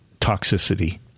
toxicity